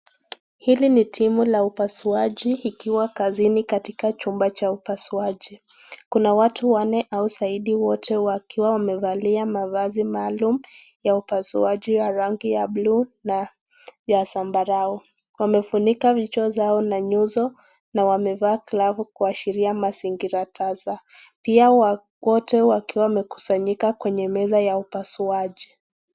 Hii ni timu ya upasuaji. Ikiwa kazini katika chumba cha upasuaji. Kuna watu wanne au zaidi, wote wakiwa wamevalia mavazi maalum ya upasuaji ya rangi ya buluu na ya sambarau wamefunika vichwa vyao na nyuso na wamevaa glavu kuashiria mazingira tasa. Pia wote wakiwa wamekusanyika kwenye meza ya upasuaji.